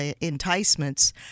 enticements